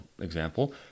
example